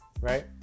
right